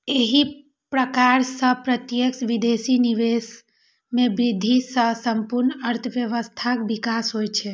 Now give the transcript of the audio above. एहि प्रकार सं प्रत्यक्ष विदेशी निवेश मे वृद्धि सं संपूर्ण अर्थव्यवस्थाक विकास होइ छै